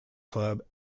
club